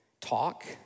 talk